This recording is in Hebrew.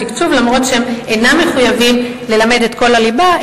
אף-על-פי שהם אינם מחויבים ללמד את כל הליבה,